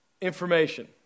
Information